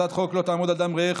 הצעת חוק לא תעמוד על דם רעך